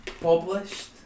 Published